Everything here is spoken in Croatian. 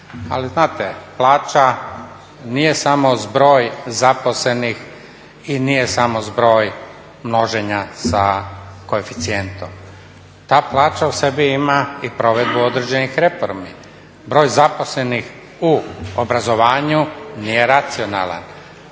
ali znate plaća nije samo zbroj zaposlenih i nije samo zbroj množenja sa koeficijentom. Ta plaća u sebi ima i provedbu određenih reformi, broj zaposlenih u obrazovanju nije racionalan.